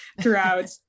throughout